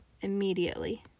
immediately